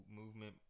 movement